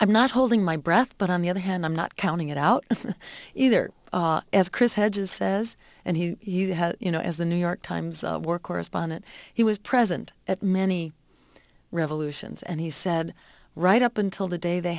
i'm not holding my breath but on the other hand i'm not counting it out either as chris hedges says and he you have you know as the new york times of war correspondent he was present at many revolutions and he said right up until the day they